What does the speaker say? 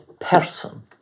person